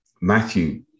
Matthew